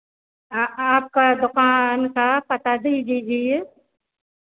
आपका दोकान का पाता दी दीजिए